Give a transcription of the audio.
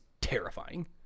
terrifying